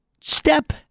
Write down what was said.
Step